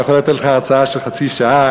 אני יכול לתת לך הרצאה של חצי שעה.